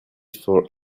for